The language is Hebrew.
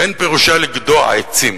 אין פירושה לגדוע עצים.